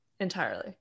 entirely